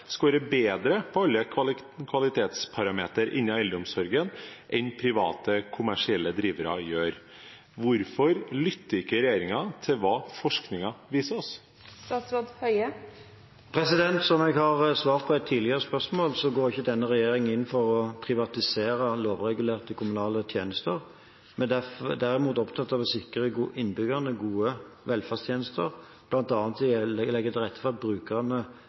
bedre på alle kvalitetsparametere innen eldreomsorg enn private kommersielle drivere gjør. Hvorfor lytter ikke regjeringen til hva forskningen viser oss?» Som jeg har svart på et tidligere spørsmål, går ikke denne regjeringen inn for å privatisere lovregulerte kommunale tjenester. Vi er derimot opptatt av å sikre innbyggerne gode velferdstjenester, bl.a. gjennom å legge til rette for at brukerne